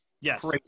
Yes